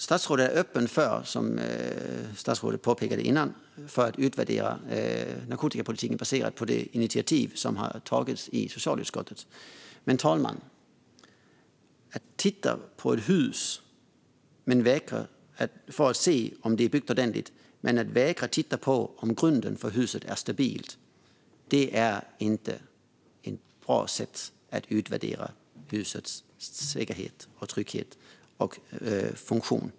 Statsrådet påpekade tidigare att hon är öppen för att utvärdera narkotikapolitiken baserat på det initiativ som har tagits i socialutskottet. Men, herr talman, att titta på ett hus för att se om det har byggts ordentligt men att vägra titta på om grunden för huset är stabil är inte ett bra sätt att utvärdera husets säkerhet, trygghet och funktion.